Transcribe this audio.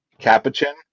Capuchin